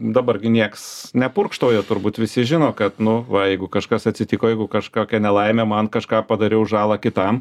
dabar gi nieks nepurkštauja turbūt visi žino kad nu va jeigu kažkas atsitiko jeigu kažkokia nelaimė man kažką padariau žalą kitam